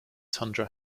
tundra